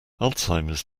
alzheimer’s